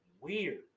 weird